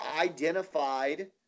identified